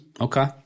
Okay